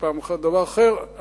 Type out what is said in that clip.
פעם אחת דבר אחר,